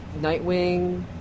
Nightwing